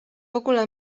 ogóle